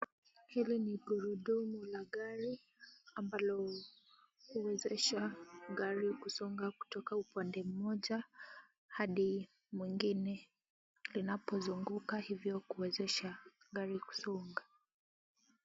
Hili ni gurudumu la gari ambalo huwezesha gari kusonga kutoka upande moja hadi mwingine linapo zunguka hivyo kuwezesha gari kusonga.